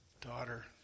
Daughter